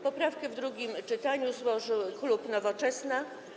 Poprawkę w drugim czytaniu złożył klub Nowoczesna.